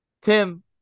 Tim